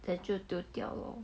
then 就丢掉 lor